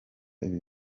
ibi